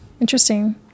interesting